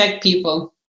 people